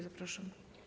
Zapraszam.